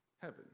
heaven